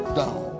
down